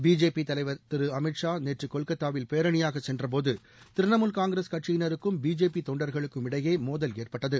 BJP தலைவர் திரு அமீத் ஷா நேற்று கொல்கத்தாவில் பேரணியாக சென்றபோது திரிணமுல் காங்கிரஸ் கட்சியினருக்கும் பிஜேபி தொண்டர்களுக்கும் இடையே மோதல் ஏற்பட்டது